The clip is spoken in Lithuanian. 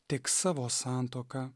tik savo santuoką